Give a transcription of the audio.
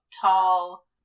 Tall